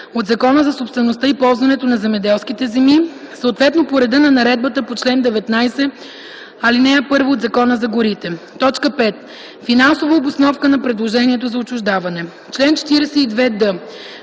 от Закона за собствеността и ползуването на земеделските земи, съответно по реда на наредбата по чл. 19, ал. 1 от Закона за горите; 5. финансова обосновка на предложението за отчуждаване. Чл. 42д.